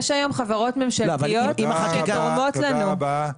יש היום חברות ממשלתיות שתורמות לנו,